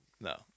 No